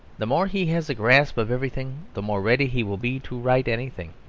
the more he has a grasp of everything the more ready he will be to write anything.